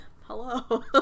Hello